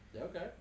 Okay